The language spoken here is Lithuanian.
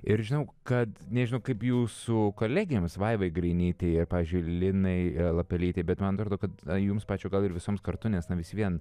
ir žinau kad nežinau kaip jūsų kolegėms vaivai grainytei pavyzdžiui linai lapelytei bet man atrodo kad jums pačiai o gal ir visoms kartu nes vis vien